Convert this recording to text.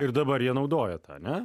dabar jie naudoja tą ne